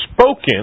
spoken